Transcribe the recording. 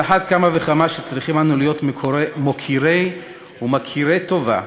על אחת כמה וכמה שצריכים אנו להיות מוקירים ומכירי טובה